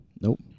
Nope